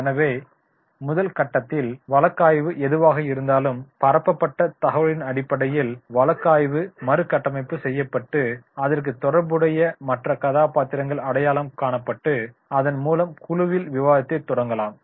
எனவே முதல் கட்டத்தில் வழக்காய்வு எதுவாக இருந்தாலும் பரப்பப்பட்ட தகவல்களின் அடிப்படையில் வழக்காய்வு மறுகட்டமைப்பு செய்யப்பட்டு அதற்கு தொடர்புடைய மற்ற கதாபாத்திரங்கள் அடையாளம் காணப்பட்டு அதன் மூலம் குழுவில் விவாதத்தை தொடங்லாம்